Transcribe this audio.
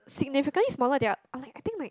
significantly smaller than I think they are like